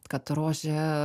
kad rožė